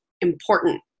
important